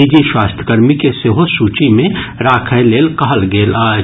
निजी स्वास्थ्यकर्मी के सेहो सूची मे राखय लेल कहल गेल अछि